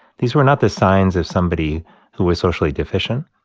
these were not the signs of somebody who was socially deficient.